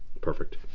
perfect